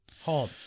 home